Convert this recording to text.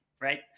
right